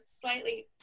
slightly